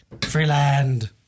Freeland